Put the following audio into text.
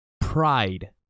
pride